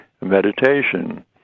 meditation